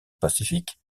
pacifique